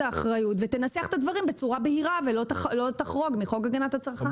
האחריות ותנסח את הדברים בצורה בהירה ולא תחרוג מחוק הגנת הצרכן.